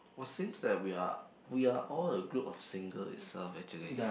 !wah! seems that we are we are all the group of single itself actually